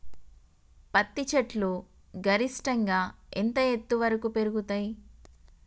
పత్తి చెట్లు గరిష్టంగా ఎంత ఎత్తు వరకు పెరుగుతయ్?